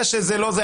שזה לא זה,